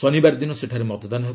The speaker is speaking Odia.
ଶନିବାର ଦିନ ସେଠାରେ ମତଦାନ ହେବ